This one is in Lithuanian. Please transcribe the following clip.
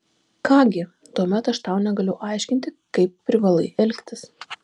ką gi tuomet aš tau negaliu aiškinti kaip privalai elgtis